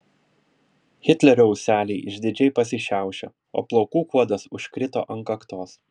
hitlerio ūseliai išdidžiai pasišiaušė o plaukų kuodas užkrito ant kaktos